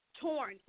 torn